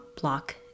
block